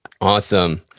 Awesome